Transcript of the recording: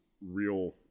real